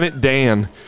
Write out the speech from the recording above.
Dan